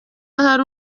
hari